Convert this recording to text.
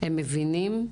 הם מבינים?